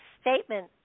statement